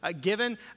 given